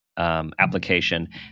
Application